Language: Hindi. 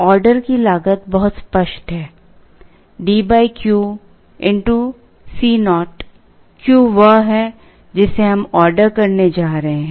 ऑर्डर की लागत बहुत स्पष्ट है D Q Co Q वह है जिसे हम ऑर्डर करने जा रहे हैं